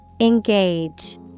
Engage